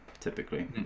Typically